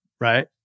right